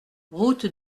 route